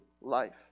life